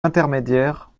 intermédiaire